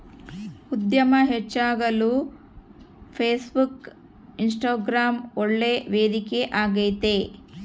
ಉದ್ಯಮ ಹೆಚ್ಚಾಗಲು Facebook, Instagram ಒಳ್ಳೆ ವೇದಿಕೆ ಆಗೈತೆ